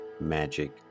magic